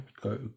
go